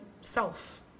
self